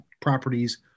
properties